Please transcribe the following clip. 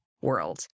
world